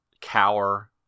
cower